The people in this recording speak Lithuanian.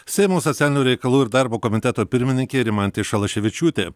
seimo socialinių reikalų ir darbo komiteto pirmininkė rimantė šalaševičiūtė